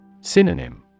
Synonym